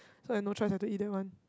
so I've no choice had to eat that one